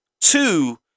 Two